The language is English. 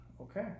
Okay